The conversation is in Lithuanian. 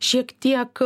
šiek tiek